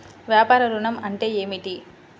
వ్యాపార ఋణం అంటే ఏమిటి?